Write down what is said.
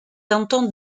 canton